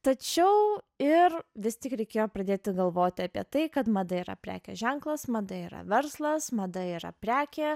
tačiau ir vis tik reikėjo pradėti galvoti apie tai kad mada yra prekės ženklas mada yra verslas mada yra prekė